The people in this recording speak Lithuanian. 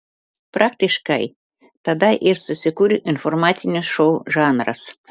praktiškai tada ir susikūrė informacinio šou žanras